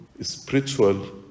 spiritual